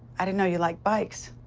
i didn't know you liked bikes.